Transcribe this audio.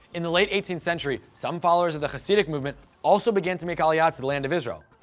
in the late eighteenth century, some followers of the hasidic movement also began to make aliyah ah to the land of israel.